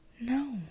No